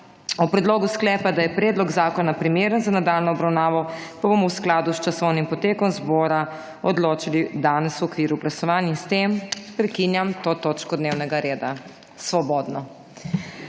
O predlogu sklepa, da je predlog zakona primeren za nadaljnjo obravnavo, bomo v skladu s časovnim potekom zbora odločali danes v okviru glasovanj. S tem prekinjam to točko dnevnega reda. Svobodno.